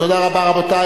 תודה רבה, רבותי.